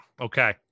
okay